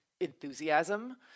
enthusiasm